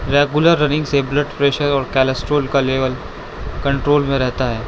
regular running سے blood pressure اور cholesterol کا لیول کنٹرول میں رہتا ہے